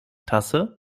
tasse